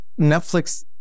Netflix